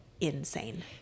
Insane